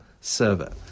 server